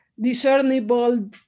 discernible